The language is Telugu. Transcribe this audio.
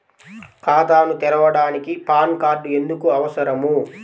ఖాతాను తెరవడానికి పాన్ కార్డు ఎందుకు అవసరము?